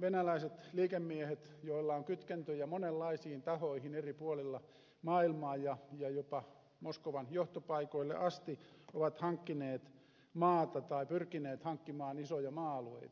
venäläiset liikemiehet joilla on kytkentöjä monenlaisiin tahoihin eri puolilla maailmaa ja jopa moskovan johtopaikoille asti ovat hankkineet maata tai pyrkineet hankkimaan isoja maa alueita